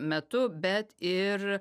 metu bet ir